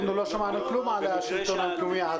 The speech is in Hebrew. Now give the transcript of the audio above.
אנחנו לא שמענו כלום על השלטון המקומי עד כה.